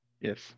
Yes